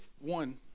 one